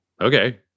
Okay